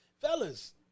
Fellas